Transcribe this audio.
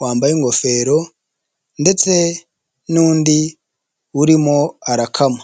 wambaye ingofero ndetse n'undi urimo arakama.